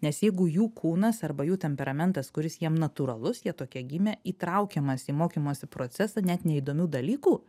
nes jeigu jų kūnas arba jų temperamentas kuris jiem natūralus jie tokie gimė įtraukiamas į mokymosi procesą net neįdomių dalykų